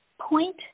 point